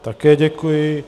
Také děkuji.